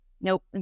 nope